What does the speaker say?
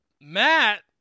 Matt